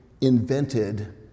invented